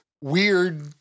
weird